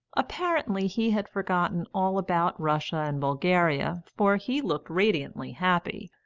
apparently he had forgotten all about russia and bulgaria, for he looked radiantly happy.